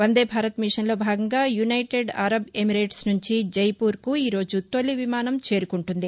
వందే భారత్ మిషన్లో భాగంగా United Arab Emirates నుంచి జైపూర్కు ఈ రోజు తొలి విమానం చేరుకుంటుంది